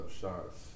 shots